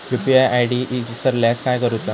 UPI ID इसरल्यास काय करुचा?